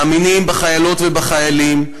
מאמינים בחיילות ובחיילים,